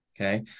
Okay